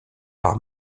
par